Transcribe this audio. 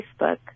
Facebook